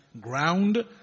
ground